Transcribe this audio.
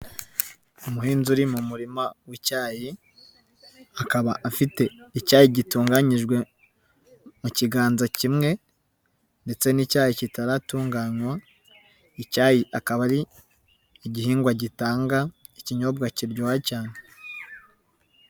Umuhinzi uri mu murima w'icyayi akaba afite icyayi gitunganyijwe mu kiganza kimwe, ndetse n'icyayi kitaratunganywa icyayi akaba ari igihingwa gitanga ikinyobwa kiryoha cyane.